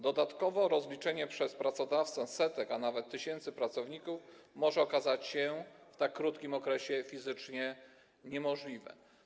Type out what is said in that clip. Dodatkowo rozliczenie przez pracodawcę setek, a nawet tysięcy pracowników może okazać się w tak krótkim okresie fizycznie niemożliwe.